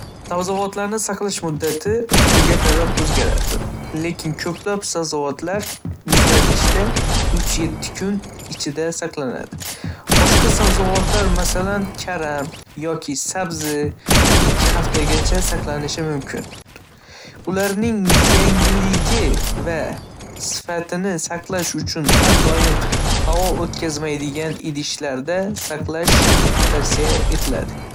Sabzavotlarni saqlash muddati turiga qarab o'zgaradi, lekin ko'plab sabzavotlar muzlatgichda uch yetti kun ichida saqlanadi. Boshqa sabzavotlar, masalan, karam yoki sabzi, ikki haftagacha saqlanishi mumkin. Ularning yangiligi va sifatini saqlash uchun har doim havo o'tkazmaydigan idishlarda saqlash tavsiya etiladi.